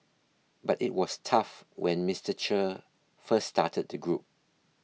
but it was tough when Mister Che first started the group